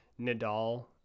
Nadal